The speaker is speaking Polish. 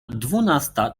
dwunasta